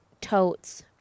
totes